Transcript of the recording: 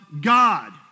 God